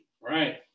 right